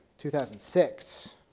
2006